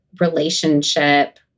relationship